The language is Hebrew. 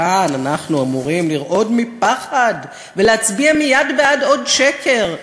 וכאן אנחנו אמורים לרעוד מפחד ולהצביע מייד בעד עוד שקר,